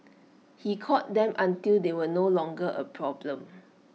he caught them until they were no longer A problem